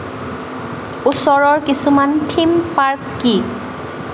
ওচৰৰ কিছুমান theme park কি